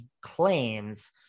claims